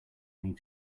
need